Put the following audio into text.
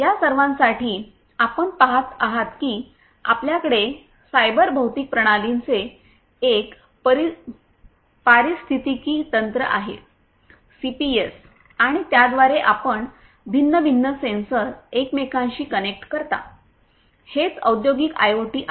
या सर्वांसाठी आपण पाहत आहात की आपल्याकडे सायबर भौतिक प्रणालींचे एक पारिस्थितिकी तंत्र आहे सीपीएस आणि त्याद्वारे आपण भिन्न भिन्न सेन्सर एकमेकांशी कनेक्ट करता हेच औद्योगिक आयओटी आहे